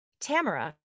Tamara